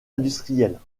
industrielle